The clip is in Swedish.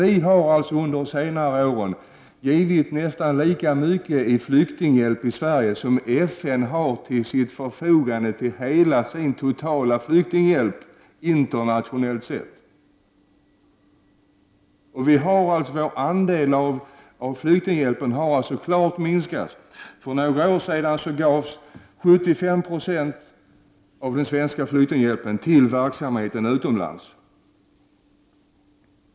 Vi i Sverige har under senare år givit nästan lika mycket i flyktinghjälp i Sverige som FN har till sitt förfogande till sin totala flyktinghjälp internationellt sett. Sveriges andel av flyktinghjälpen har alltså minskat. För några år sedan gavs 75 Zoe av den svenska flyktinghjälpen till verksamhet utomlands.